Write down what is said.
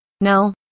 No